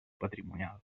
patrimonial